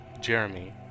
jeremy